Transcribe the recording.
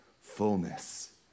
fullness